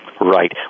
Right